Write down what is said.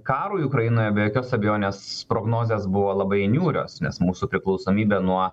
karui ukrainoje be jokios abejonės prognozės buvo labai niūrios nes mūsų priklausomybė nuo